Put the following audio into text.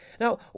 Now